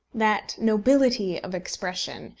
that nobility of expression,